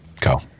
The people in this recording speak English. Go